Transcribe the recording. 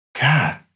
God